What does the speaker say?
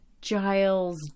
Giles